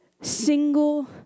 single